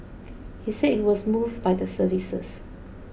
he said he was moved by the services